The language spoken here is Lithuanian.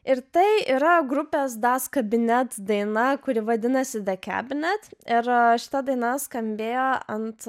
ir tai yra grupės das kabinet daina kuri vadinasi the cabinet ir šita daina skambėjo ant